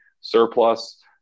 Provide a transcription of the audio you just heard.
surplus